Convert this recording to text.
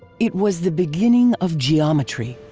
it was the beginning of geometry.